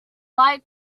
light